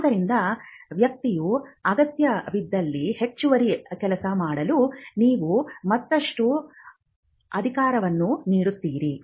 ಆದ್ದರಿಂದ ವ್ಯಕ್ತಿಯು ಅಗತ್ಯವಿದ್ದಲ್ಲಿ ಹೆಚ್ಚುವರಿ ಕೆಲಸ ಮಾಡಲು ನೀವು ಮತ್ತಷ್ಟು ಅಧಿಕಾರವನ್ನು ನೀಡುತ್ತೀರಿ